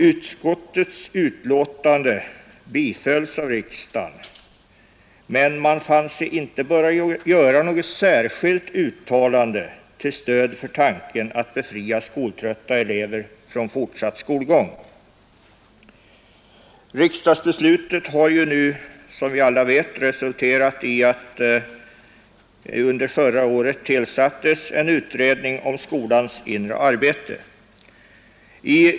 Utskottets utlåtande bifölls av riksdagen, men man fann sig inte böra göra något särskilt uttalande till stöd för tanken att befria skoltrötta elever från fortsatt skolgång. Som alla vet resulterade riksdagsbeslutet i att det under förra året tillsattes en utredning om skolans inre arbete.